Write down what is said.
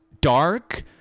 dark